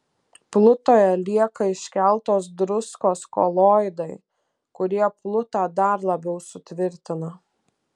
plutoje lieka iškeltos druskos koloidai kurie plutą dar labiau sutvirtina